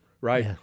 right